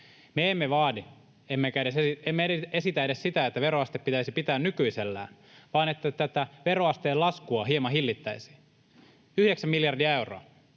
Me emme vaadi emmekä esitä edes sitä, että veroaste pitäisi pitää nykyisellään, vaan että tätä veroasteen laskua hieman hillittäisiin. Yhdeksän miljardia euroa